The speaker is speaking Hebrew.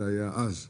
זה היה אז.